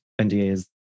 NDAs